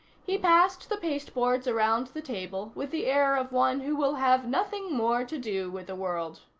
he passed the pasteboards around the table with the air of one who will have nothing more to do with the world.